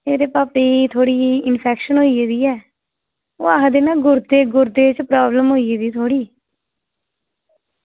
एह्दे भापै ई थोह्ड़ी जेही इंफेक्शन होई गेदी ऐ ओह् आक्खदे गुर्दे गुर्दे च प्रॉब्लम होई गेदी ऐ थोह्ड़ी